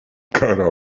kara